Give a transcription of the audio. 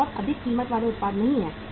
ये बहुत अधिक कीमत वाले उत्पाद सही हैं